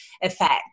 effect